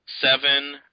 seven